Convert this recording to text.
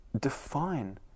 define